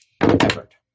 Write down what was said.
Effort